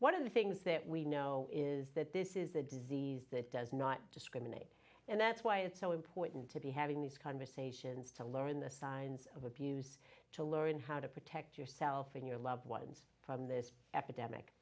one of the things that we know is that this is a disease that does not discriminate and that's why it's so important to be having these conversations to learn the signs of abuse to learn how to protect yourself and your loved ones from this epidemic